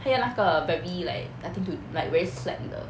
他要那个 very like nothing to like very slack 的